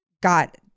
got